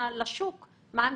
לעשות.